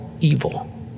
evil